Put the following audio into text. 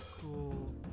cool